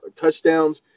touchdowns